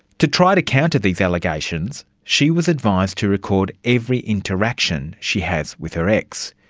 to try to counter these allegations, she was advised to record every interaction she has with her ex.